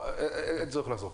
אין צורך לחזור.